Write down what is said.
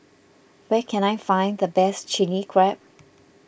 where can I find the best Chilli Crab